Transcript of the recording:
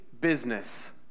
business